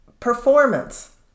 Performance